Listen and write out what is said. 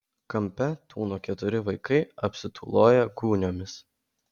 kampe tūno keturi vaikai apsitūloję gūniomis